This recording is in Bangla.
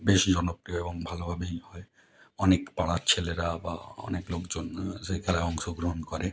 বেশ জনপ্রিয় এবং ভালোভাবেই হয় অনেক পাড়ার ছেলেরা বা অনেক লোকজন সেই খেলায় অংশগ্রহণ করে